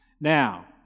Now